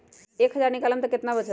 एक हज़ार निकालम त कितना वचत?